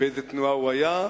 באיזו תנועה הוא היה,